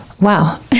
Wow